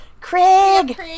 Craig